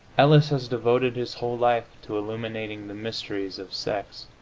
ellis has devoted his whole life to illuminating the mysteries of sex,